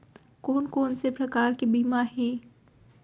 कोन कोन से प्रकार के बीमा हे?